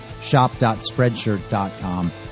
shop.spreadshirt.com